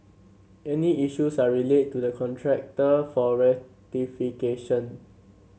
any issues are relayed to the contractor for rectification